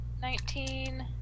nineteen